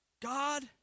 God